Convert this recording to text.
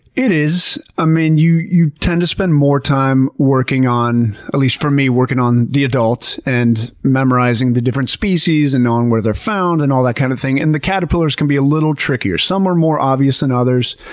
it is. i ah mean, you you tend to spend more time working on at least for me working on the adult, and memorizing the different species and knowing where they're found and all that kind of thing. and the caterpillars can be a little trickier. some are more obvious than others.